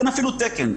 אין אפילו תקן.